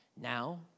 Now